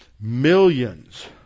millions